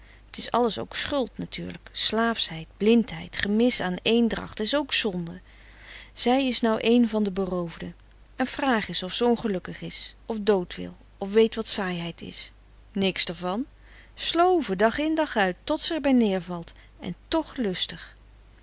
t is alles ook schuld natuurlijk slaafsheid blindheid gemis aan eendracht is k zonde zij is nou een van de beroofden en vraag s of ze ongelukkig is of dood wil of weet wat saaiheid is niks der van sloven dag in dag uit tot z'er bij neervalt en tch lustig